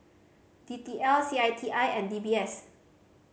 D T L C I T I and D B S